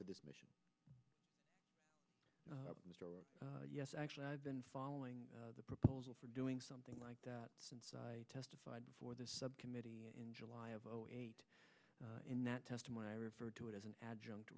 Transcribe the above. for this mission yes actually i've been following the proposal for doing something like that since i testified before the subcommittee in july of zero eight in that testimony i referred to it as an adjunct